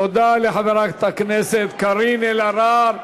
תודה לחברת הכנסת קארין אלהרר.